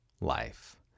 life